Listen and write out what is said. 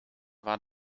war